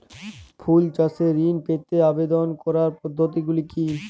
ফুল চাষে ঋণ পেতে আবেদন করার পদ্ধতিগুলি কী?